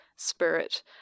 spirit